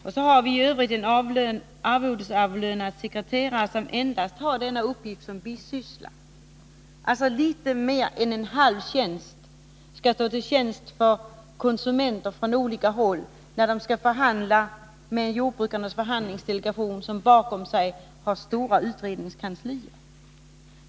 I övrigt har vi en arvodesavlönad sekreterare som endast har denna uppgift som bisyssla. Således skall litet mer än en halv tjänst räcka till för att hjälpa konsumenter från olika håll när de skall förhandla med jordbrukarnas förhandlingsdelegation, som bakom sig har stora utredningskanslier.